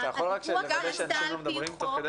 הפיקוח נעשה על פי חוק.